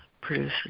produce